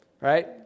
right